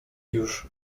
już